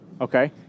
Okay